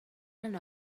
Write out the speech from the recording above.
and